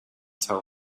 tell